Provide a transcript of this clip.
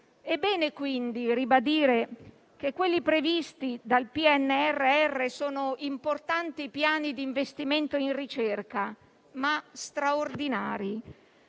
È bene quindi ribadire che quelli previsti dal PNRR sono importanti piani di investimento in ricerca, ma straordinari.